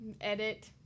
edit